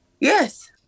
yes